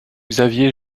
xavier